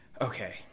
okay